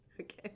okay